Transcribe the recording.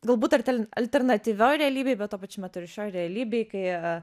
galbūt artel alternatyvioj realybėj bet tuo pačiu metu ir šioj realybėj kai